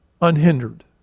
unhindered